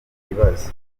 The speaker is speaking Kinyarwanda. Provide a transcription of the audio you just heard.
ibibazo